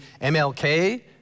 MLK